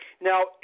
Now